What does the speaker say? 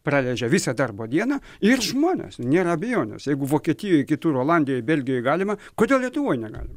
praleidžia visą darbo dieną ir žmonės nėra abejonės jeigu vokietijoj kitur olandijoj belgijoj galima kodėl lietuvoj negalima